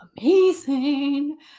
amazing